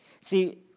See